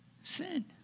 sin